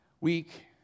week